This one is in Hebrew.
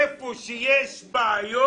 איפה שיש בעיות,